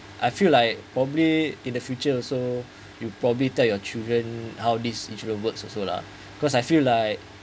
I feel like probably in the future also you probably tell your children how this insurance works also lah cause I feel like